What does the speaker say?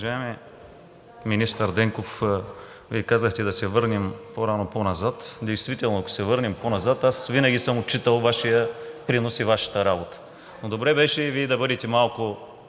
Уважаеми министър Денков, Вие казахте да се върнем по-назад и действително, ако се върнем по-назад, аз винаги съм отчитал Вашия принос и Вашата работа. Но добре беше и Вие да бъдете малко